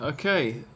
Okay